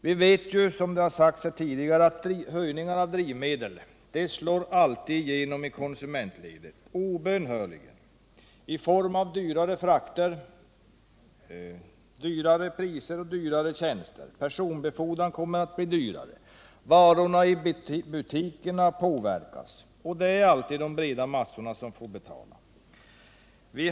Vi vet, som det har sagts här tidigare, att höjningen av priset på drivmedel alltid obönhörligen slår igenom i konsumentledet i form av dyrare frakter, högre priser och dyrare tjänster. Personbefordran kommer vidare att stiga i pris, varorna i butikerna påverkas och det är alltid de breda massorna som måste betala priset.